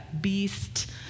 beast